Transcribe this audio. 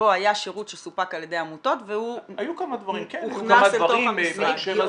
שבו היה שירות שסופק על ידי עמותות והוא הוכנס אל תוך המשרד?